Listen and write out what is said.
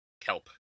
kelp